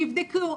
תבדקו,